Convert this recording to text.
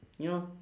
you know